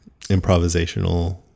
improvisational